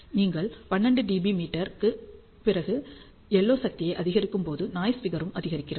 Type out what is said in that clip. நீங்கள் 12dBm க்குப் பிறகு LO சக்தியை அதிகரிக்கும்போது நாய்ஸ் ஃபிகரும் அதிகரிக்கிறது